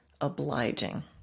obliging